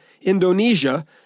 Indonesia